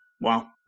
Wow